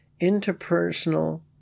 interpersonal